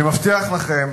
צור ישראל לא צריך שמירה,